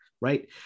right